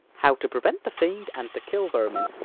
how to prevent the fiend and to kill vermin.